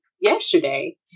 yesterday